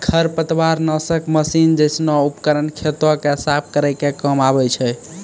खरपतवार नासक मसीन जैसनो उपकरन खेतो क साफ करै के काम आवै छै